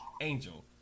angel